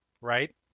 Right